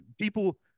people